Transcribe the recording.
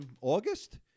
August